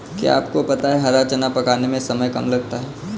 क्या आपको पता है हरा चना पकाने में समय कम लगता है?